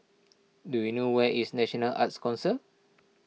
do you know where is National Arts Council